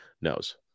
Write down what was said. knows